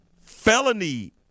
felony